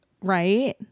right